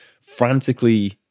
frantically